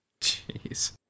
Jeez